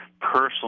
personal